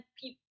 people